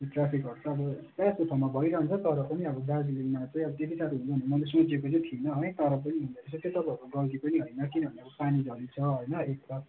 ट्राफिकहरू त अब प्राय जस्तो ठाउँमा भइरहन्छ तर पनि अब दार्जिलिङमा चाहिँ अब त्यति साह्रो हुन्छ भनेर मैले सोचेको चाहिँ थिइनँ है तर पनि हुँदोरहेछ त्यो तपाईँहरूको गल्ती पनि होइन किनभने अब पानी झरी छ होइन एक त